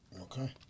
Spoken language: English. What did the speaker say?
Okay